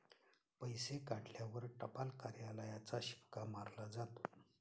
पैसे काढल्यावर टपाल कार्यालयाचा शिक्का मारला जातो